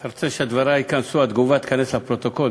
אתה רוצה שהתגובה תיכנס לפרוטוקול?